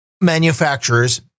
manufacturers